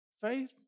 Faith